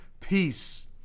peace